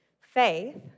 faith